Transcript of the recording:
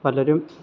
പലരും